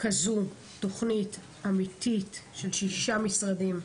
כזו תוכנית אמיתית של שישה משרדים,